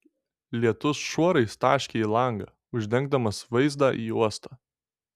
lietus šuorais taškė į langą uždengdamas vaizdą į uostą